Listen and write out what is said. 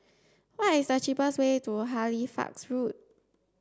what is the cheapest way to Halifax Road